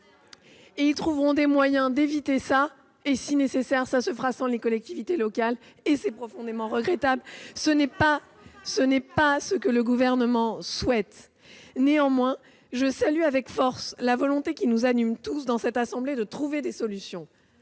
veulent trouver les moyens d'éviter cela. Si c'est nécessaire, ils le feront sans les collectivités locales, et c'est profondément regrettable. Tel n'est pas le souhait du Gouvernement. Néanmoins, je salue avec force la volonté qui nous anime tous dans cette assemblée de trouver des solutions